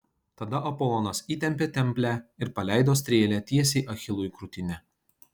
tada apolonas įtempė templę ir paleido strėlę tiesiai achilui į krūtinę